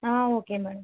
ah okay ma'am